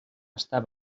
està